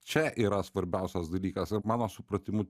čia yra svarbiausias dalykas ir mano supratimu